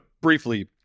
briefly